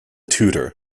tutor